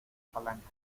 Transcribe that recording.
palanca